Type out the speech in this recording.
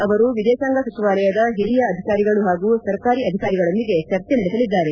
ಅವರು ವಿದೇಶಾಂಗ ಸಚಿವಾಲಯದ ಹಿರಿಯ ಅಧಿಕಾರಿಗಳು ಹಾಗೂ ಸರ್ಕಾರಿ ಅಧಿಕಾರಿಗಳೊಂದಿಗೆ ಚರ್ಚೆ ನಡೆಸಲಿದ್ದಾರೆ